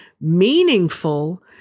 meaningful